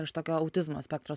iš tokio autizmo spektro